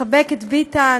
מחבק את ביטן,